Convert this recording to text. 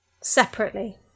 separately